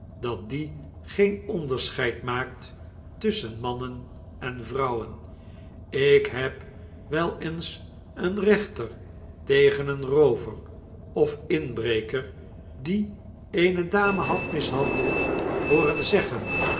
dat die geen onderscheid maakt tusschen mannen en vrouwen ik heb wel eens een reenter tegen een roover of inbreker die eene dame had mishandeld hooren zeggen